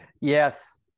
Yes